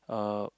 uh